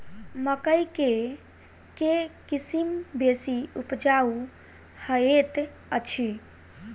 मकई केँ के किसिम बेसी उपजाउ हएत अछि?